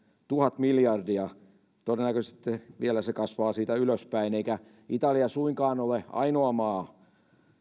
tuhat miljardia todennäköisesti vielä se kasvaa siitä ylöspäin eikä italia suinkaan ole ainoa maa